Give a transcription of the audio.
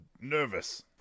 nervous